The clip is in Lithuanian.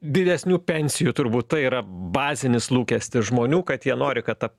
didesnių pensijų turbūt tai yra bazinis lūkestis žmonių kad jie nori kad ta